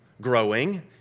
growing